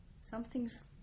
Something's